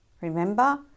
Remember